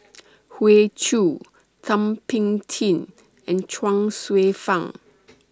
Hoey Choo Thum Ping Tjin and Chuang Hsueh Fang